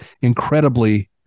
incredibly